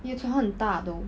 你的床很大 though